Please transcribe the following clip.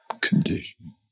Condition